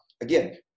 again